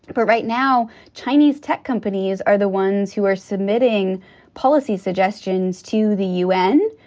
but right now, chinese tech companies are the ones who are submitting policy suggestions to the u n.